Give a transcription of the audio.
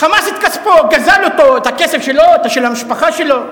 חמס את כספו, גזל את הכסף שלו, של המשפחה שלו.